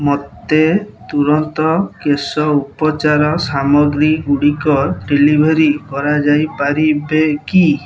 ମୋତେ ତୁରନ୍ତ କେଶ ଉପଚାର ସାମଗ୍ରୀଗୁଡ଼ିକ ଡେଲିଭରୀ କରାଯାଇପାରିବ କି